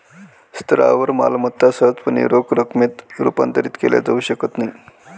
स्थावर मालमत्ता सहजपणे रोख रकमेत रूपांतरित केल्या जाऊ शकत नाहीत